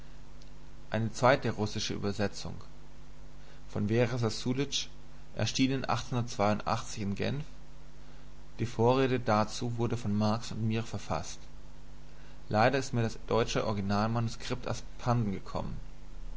eine zweite russische übersetzung von vera sassulitsch erschien in genf die vorrede dazu wurde von marx und mir verfaßt leider ist mir das deutsche originalmanuskript abhanden gekommen